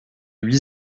huit